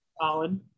solid